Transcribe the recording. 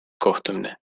kohtumine